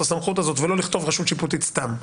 הסמכות הזאת ולא לכתוב רשות שיפוטית סתם.